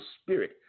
spirit